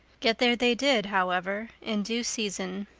get there they did, however, in due season.